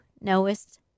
knowest